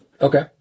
Okay